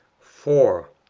four.